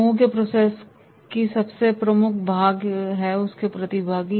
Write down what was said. समूह के प्रोसेस की सबसे प्रमुख भाग है उसके प्रतिभागी